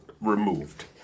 removed